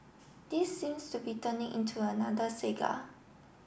this seems to be turning into another saga